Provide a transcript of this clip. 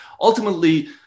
ultimately